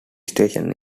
station